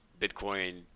Bitcoin